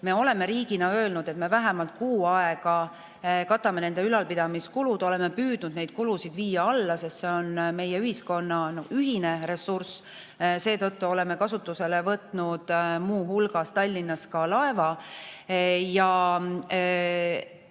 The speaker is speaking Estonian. Me oleme riigina öelnud, et me vähemalt kuu aega katame nende ülalpidamiskulud. Oleme püüdnud neid kulusid alla viia, sest see on meie ühiskonna ühine ressurss. Seetõttu oleme kasutusele võtnud muu hulgas Tallinnas ka laeva. Kui